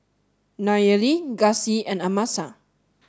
Nayeli Gussie and Amasa